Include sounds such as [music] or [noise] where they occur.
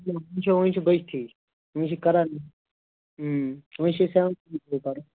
وُچھَو وُنہِ چھِ بٔچتھٕے وۅنۍ چھِ کران وۅنۍ چھِ أسۍ ہٮ۪وان [unintelligible]